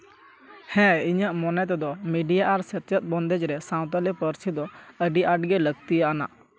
ᱦᱮᱸ ᱤᱧᱟᱹᱜ ᱢᱚᱱᱮ ᱛᱮᱫᱚ ᱢᱤᱰᱤᱭᱟ ᱟᱨ ᱥᱮᱪᱮᱫ ᱵᱚᱱᱫᱮᱡ ᱨᱮ ᱥᱟᱶᱛᱟᱞᱤ ᱯᱟᱹᱨᱥᱤ ᱫᱚ ᱟᱹᱰᱤ ᱟᱸᱴ ᱜᱮ ᱞᱟᱠᱛᱤᱭᱟᱱᱟᱜᱼᱮ ᱥᱚᱫᱚᱨᱟ